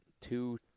two